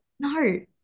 No